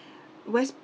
wes~